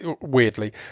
weirdly